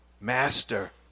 Master